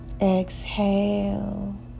Exhale